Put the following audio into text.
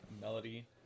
melody